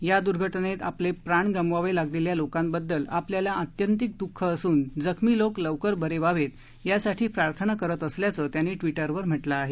या दुर्घटनेत आपले प्राण गमवावे लागलेल्या लोकांबद्दल आपल्याला आत्यंतिक दुःख असून जखमी लोक लवकर बरे व्हावेत यासाठी प्रार्थना करत असल्याचं त्यांनी ट्वीटरवर म्हटलं आहे